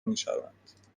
میشوند